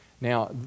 Now